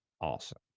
awesome